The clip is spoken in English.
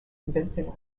convincingly